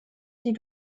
die